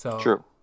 True